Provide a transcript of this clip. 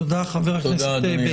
תודה, חבר הכנסת בגין.